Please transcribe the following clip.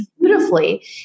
beautifully